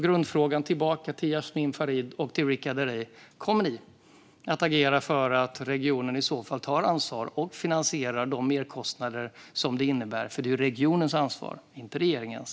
Grundfrågan tillbaka till Jasmin Farid och Richard Herrey är: Kommer ni att agera för att regionen i så fall ska ta ansvar och finansiera de merkostnader som detta innebär? För det är regionens ansvar, inte regeringens.